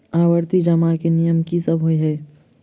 आवर्ती जमा केँ नियम की सब होइ है?